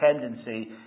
tendency